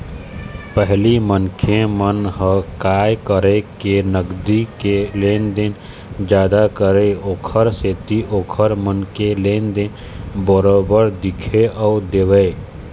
पहिली मनखे मन ह काय करय के नगदी के लेन देन जादा करय ओखर सेती ओखर मन के लेन देन बरोबर दिखउ नइ देवय